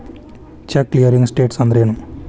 Check clearing status ಅಂದ್ರೇನು?